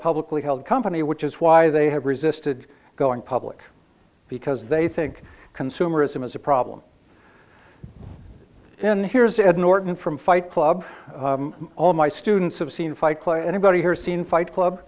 publicly held company which is why they have resisted going public because they think consumerism is a problem and here's ed norton from fight club all my students have seen fight play anybody here seen fight club